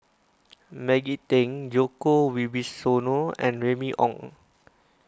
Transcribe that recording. Maggie Teng Djoko Wibisono and Remy Ong